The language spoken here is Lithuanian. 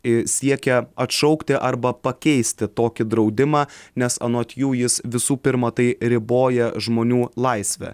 i siekia atšaukti arba pakeisti tokį draudimą nes anot jų jis visų pirma tai riboja žmonių laisvę